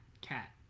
cat